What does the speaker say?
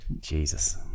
Jesus